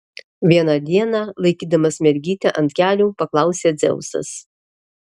vieną dieną laikydamas mergytę ant kelių paklausė dzeusas